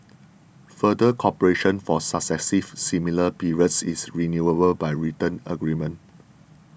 further cooperation for successive similar periods is renewable by written agreement